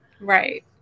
Right